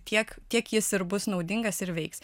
tiek tiek jis ir bus naudingas ir veiks